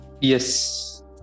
Yes